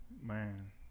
Man